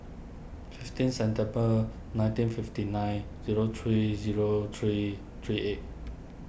fifteen September nineteen fifty nine zero three zero three three eight